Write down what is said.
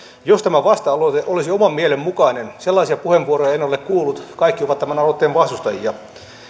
jos tämä vasta aloite olisi oman mielen mukainen sellaisia puheenvuoroja en ole kuullut kaikki ovat tämän aloitteen vastustajia